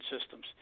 systems